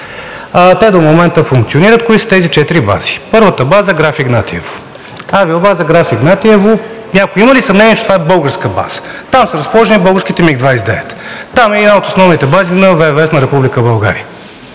Те до момента функционират. Кои са тези четири бази? Първа база е Граф Игнатиево, авиобаза Граф Игнатиево. Някой има ли съмнение, че това е българска база? Там са разположени българските МиГ-29. Там е и една от основните бази на ВВС на Република България.